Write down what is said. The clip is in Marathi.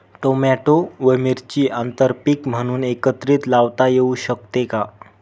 टोमॅटो व मिरची आंतरपीक म्हणून एकत्रित लावता येऊ शकते का?